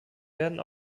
werden